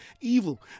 evil